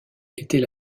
était